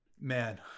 Man